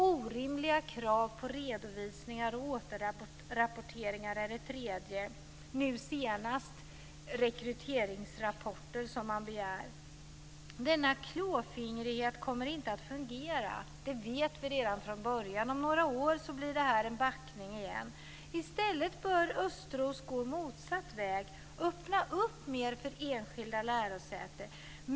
Orimliga krav på redovisningar och återrapporteringar är det tredje - nu senast förslaget om rekryteringsrapporter. Denna klåfingrighet kommer inte att fungera. Det vet vi redan från början, och om några år blir det backning igen. I stället bör Östros gå motsatt väg. Öppna upp mer för enskilda lärosäten.